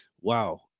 wow